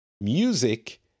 music